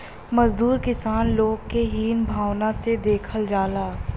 मजदूर किसान लोग के हीन भावना से देखल जाला